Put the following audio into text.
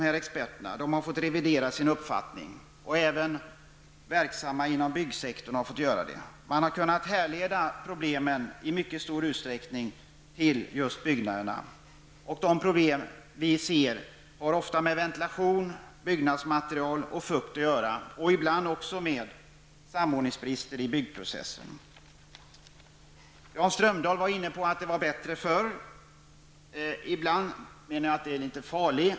Men experterna har sedermera fått revidera sin uppfattning. Det har även verksamma inom byggsektorn fått göra. Man har nämligen i mycket stor utsträckning kunnat härleda problemen till just byggnaderna. De problem som vi ser har ofta med ventilation, byggnadsmaterial och fukt att göra. Ibland hänger problemen också samman med samordningsbrister i byggprocessen. Jan Strömdahl sade här att det var bättre förr. Jag menar att det ibland kan vara farligt att sprida en sådan attityd.